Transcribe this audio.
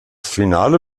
finale